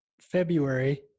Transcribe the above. february